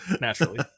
Naturally